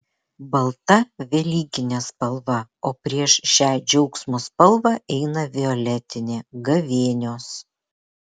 balta velykinė spalva o prieš šią džiaugsmo spalvą eina violetinė gavėnios